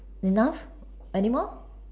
enough anymore